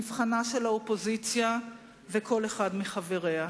מבחנה של האופוזיציה וכל אחד מחבריה.